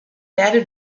werde